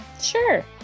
Sure